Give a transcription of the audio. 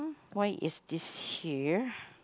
why is this here